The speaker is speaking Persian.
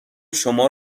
شما